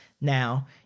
now